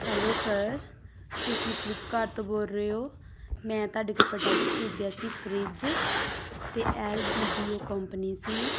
hello sir ਤੁਸੀਂ Flipkart ਤੋਂ ਬੋਲ ਰਹੇ ਹੋ ਮੈਂ ਤੁਹਾਡੇ ਕੋਲੋਂ ਪ੍ਰੋਡੈਕਟ ਖਰੀਦਿਆ ਸੀ ਫਰਿੱਜ ਅਤੇ ਐੱਲ ਜੀ ਦੀ ਉਹ ਕੋਂਪਨੀ ਸੀ